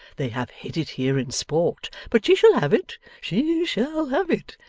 they have hid it here in sport, but she shall have it she shall have it.